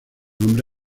nombre